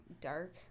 dark